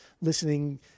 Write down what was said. listening